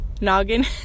noggin